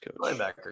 Linebacker